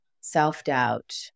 self-doubt